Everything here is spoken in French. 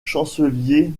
chancelier